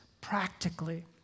practically